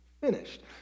finished